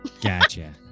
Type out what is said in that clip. gotcha